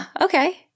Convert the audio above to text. okay